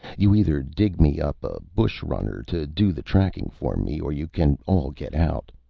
you either dig me up a bush-runner to do the tracking for me or you can all get out,